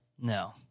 No